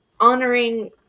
honoring